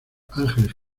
angeles